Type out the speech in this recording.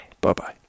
Bye-bye